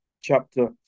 chapter